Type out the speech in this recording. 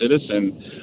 citizen